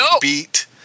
beat